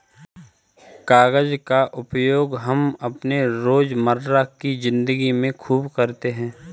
कागज का उपयोग हम अपने रोजमर्रा की जिंदगी में खूब करते हैं